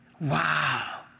Wow